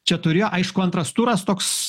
čia turėjo aišku antras turas toks